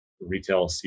retail